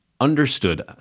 understood